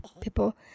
people